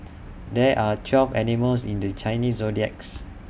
there are twelve animals in the Chinese zodiacs